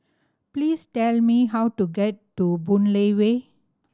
please tell me how to get to Boon Lay Way